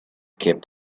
kept